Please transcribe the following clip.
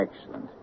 Excellent